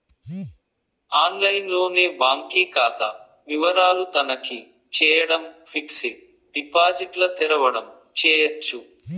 ఆన్లైన్లోనే బాంకీ కాతా వివరాలు తనఖీ చేయడం, ఫిక్సిడ్ డిపాజిట్ల తెరవడం చేయచ్చు